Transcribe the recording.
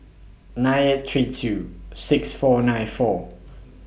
nine eight three two six four nine four